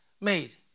Made